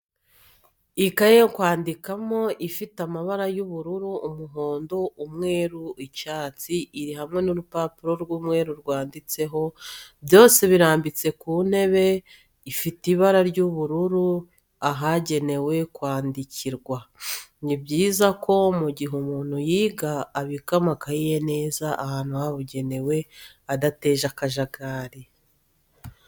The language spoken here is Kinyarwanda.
Ikaye yo kwandikano ifite amabara y'ubururu, umuhondo, umweru icyatsi iri hamwe n'urupapuro rw'umweru rwanditseho, byose birambitse ku ntebe ifite ibara ry'ubururu ahagenewe kwandikirwa. Ni byiza ko mu gihe umuntu yiga abika amakayi ye neza ahantu habugenewe adateje akajagari.